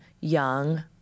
young